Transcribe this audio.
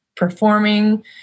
performing